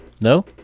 No